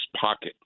pocket